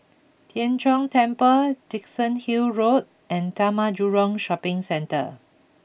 Tien Chor Temple Dickenson Hill Road and Taman Jurong Shopping Centre